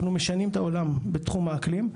אנחנו משנים את העולם בתחום האקלים.